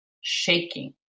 Shaking